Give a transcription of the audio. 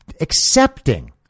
accepting